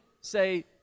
say